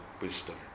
wisdom